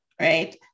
right